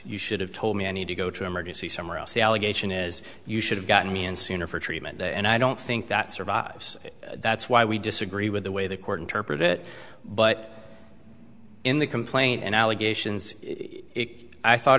you should have told me i need to go to emergency some or else the allegation is you should have got me and sooner for treatment and i don't think that survives that's why we disagree with the way the court interpret it but in the complaint and allegations i thought